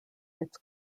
its